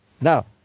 Now